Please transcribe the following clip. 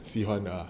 喜欢的啊